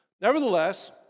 Nevertheless